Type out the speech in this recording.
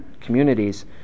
communities